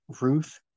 Ruth